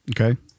Okay